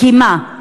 כי מה,